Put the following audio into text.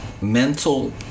mental